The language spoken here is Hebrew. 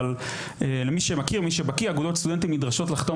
אבל למי שמכיר ומי שבקיא - אגודות סטודנטים נדרשות לחתום